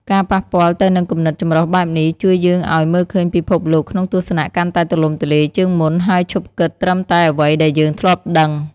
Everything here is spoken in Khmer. ការប៉ះពាល់ទៅនឹងគំនិតចម្រុះបែបនេះ ជួយយើងឱ្យ មើលឃើញពិភពលោកក្នុងទស្សនៈកាន់តែទូលំទូលាយ ជាងមុន ហើយឈប់គិតត្រឹមតែអ្វីដែលយើងធ្លាប់ដឹង។